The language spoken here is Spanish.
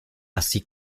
así